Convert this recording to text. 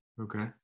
okay